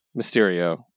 Mysterio